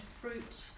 fruit